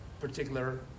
particular